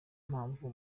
mpamvu